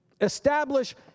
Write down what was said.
Establish